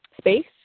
space